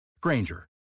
Granger